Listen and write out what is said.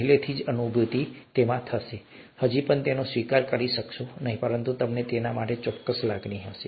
તમે હજી પણ તેને સ્વીકારી શકશો નહીં પરંતુ તમને તેના માટે ચોક્કસ લાગણી હશે